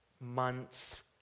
months